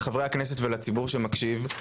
לחברי הכנסת ולציבור שמקשיב,